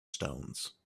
stones